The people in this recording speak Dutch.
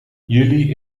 juli